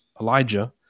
Elijah